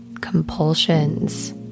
compulsions